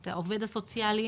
את העובד הסוציאלי,